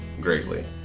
greatly